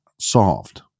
solved